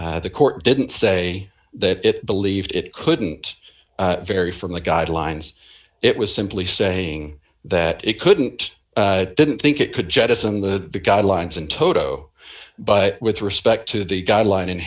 the court didn't say that it believed it couldn't vary from the guidelines it was simply saying that it couldn't didn't think it could jettison the guidelines in toto but with respect to the guideline